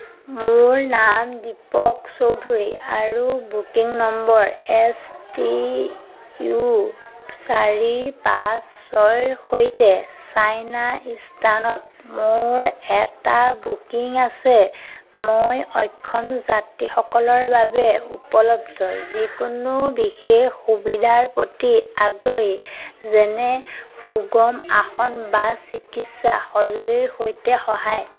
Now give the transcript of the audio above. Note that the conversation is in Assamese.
মোৰ নাম দীপক চৌধুৰী আৰু booking number S T U চাৰি পাঁচ ছয়ৰ সৈতে চাইনা ষ্টাৰ্ণত মোৰ এটা বুকিং আছে মই অক্ষম যাত্ৰীসকলৰ বাবে উপলব্ধ যিকোনো বিশেষ সুবিধাৰ প্ৰতি আগ্ৰহী যেনে সুগম আসন বা চিকিৎসা সঁজুলিৰ সৈতে সহায়